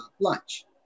lunch